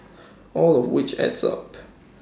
all of which adds up